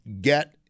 get